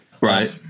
Right